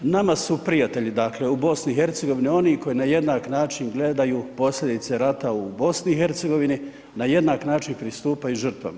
Nama su prijatelji, dakle, u BiH oni koji na jednak način gledaju posljedice rata u BiH, na jednak način pristupaju žrtvama.